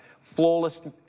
Flawless